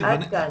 עד כאן.